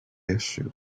issue